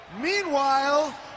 Meanwhile